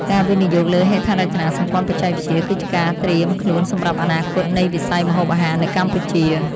ការវិនិយោគលើហេដ្ឋារចនាសម្ព័ន្ធបច្ចេកវិទ្យា គឺជាការត្រៀមខ្លួនសម្រាប់អនាគតនៃវិស័យម្ហូបអាហារនៅកម្ពុជា។